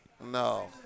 No